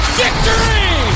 victory